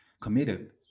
committed